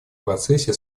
процессе